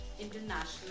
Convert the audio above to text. international